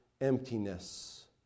Emptiness